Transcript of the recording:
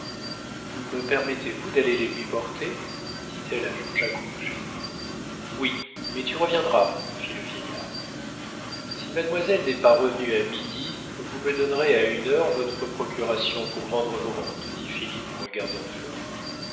me permettez-vous d'aller les lui porter dit-elle à jean-jacques rouget oui mais tu reviendras fit le vieillard si mademoiselle n'est pas revenue à midi vous me donnerez à une heure votre procuration pour vendre vos rentes dit philippe en regardant